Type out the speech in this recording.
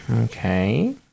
Okay